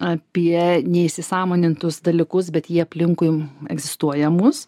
apie neįsisąmonintus dalykus bet jie aplinkui egzistuoja mus